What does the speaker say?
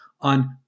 on